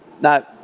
No